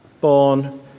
born